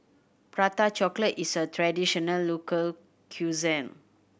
Prata Chocolate is a traditional local cuisine